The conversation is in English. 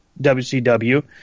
WCW